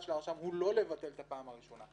של הרשם הוא לא לבטל את הפעם הראשונה.